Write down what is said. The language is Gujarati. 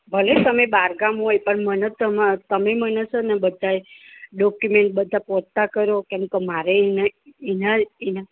ભલે તમે બહારગામ હોય પણ મને તમે તમે મને છે ને બધાય ડોકયુમેંટ બધા પહોંચતા કરો કેમ કે મારે એનાય એના એના